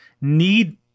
need